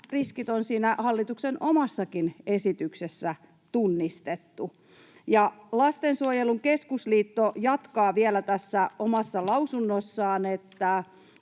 riskit on siinä hallituksen omassakin esityksessä tunnistettu. Lastensuojelun Keskusliitto jatkaa vielä tässä omassa lausunnossaan,